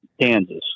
Kansas